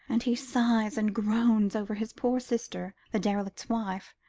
and he sighs and groans over his poor sister, the derelict's wife,